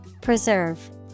Preserve